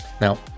Now